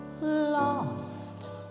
lost